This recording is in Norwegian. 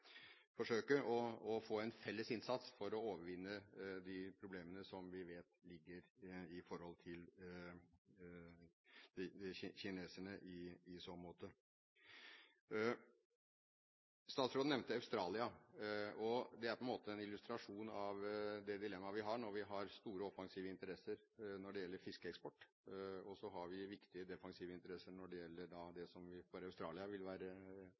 å få en felles innsats for å overvinne de problemene som vi i så måte vet ligger der når det gjelder kineserne. Statsråden nevnte Australia. Det er på en måte en illustrasjon av det dilemmaet vi har når vi har store offensive interesser når det gjelder fiskeeksport, og viktige defensive interesser når det gjelder det som for Australia vil